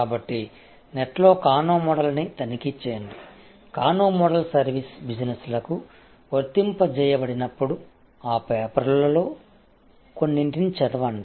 కాబట్టి నెట్లో కానో మోడల్ని తనిఖీ చేయండి కానో మోడల్ సర్వీస్ బిజినెస్లకు వర్తింపజేయబడినప్పుడు ఆ పేపర్లలో కొన్నింటిని చదవండి